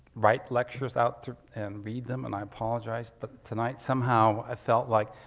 write lectures out and read them and i apologize but tonight, somehow, i felt like